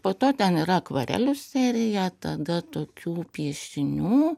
po to ten yra akvarelių seriją tada tokių piešinių